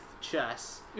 chess